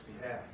behalf